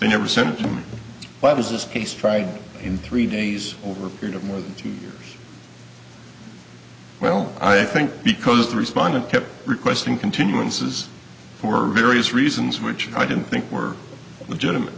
hey never sent to me but as this case tried in three days over a period of more than two years well i think because the respondent kept requesting continuances for various reasons which i didn't think were legitimate